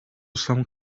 some